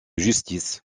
justice